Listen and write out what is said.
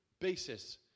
basis